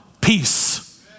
Peace